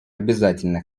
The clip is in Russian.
обязательный